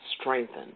strengthened